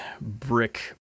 brick